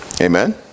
Amen